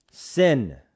Sin